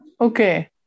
okay